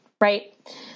right